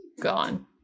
gone